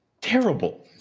terrible